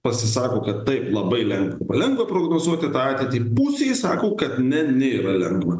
pasisako kad taip labai lengva lengva prognozuoti tą ateitį pusė sako kad ne nėra lengva